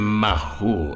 mahu